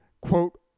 quote